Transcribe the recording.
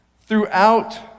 throughout